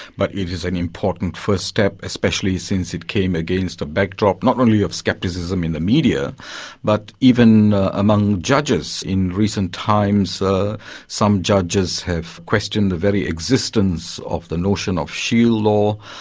but it is an important first step, especially since it came against a backdrop not only of scepticism in the media but even among judges. in recent times some judges have questioned the very existence of the notion of shield law,